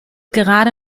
gerade